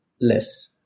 less